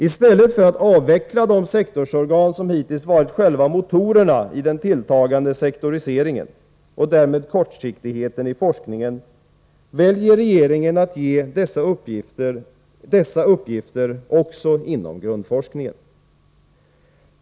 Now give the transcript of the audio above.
I stället för att avveckla de sektorsorgan som hittills har varit själva motorerna i den tilltagande sektoriseringen — och därmed kortsiktigheten i forskningen — väljer regeringen att ge dessa uppgifter också inom grundforskningen.